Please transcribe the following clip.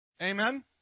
Amen